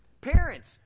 parents